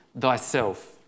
thyself